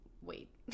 wait